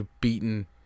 beaten